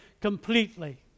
completely